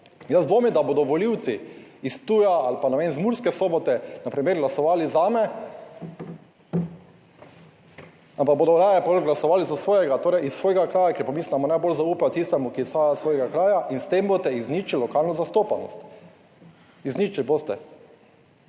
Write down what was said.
Jaz dvomim, da bodo volivci iz Ptuja ali pa, ne vem, iz Murske Sobote na primer glasovali zame, ampak bodo raje glasovali za svojega, torej iz svojega kraja, kjer pa mislim, da najbolj zaupa tistemu, ki izhaja iz svojega kraja. In s tem boste izničili lokalno zastopanost, izničili boste.